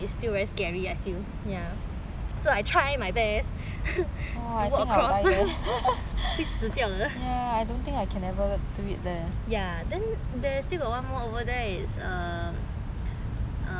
so I try my best to walk across 会死掉的 ya then there's still got one more over there is err like you jump down from a